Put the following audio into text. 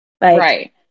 Right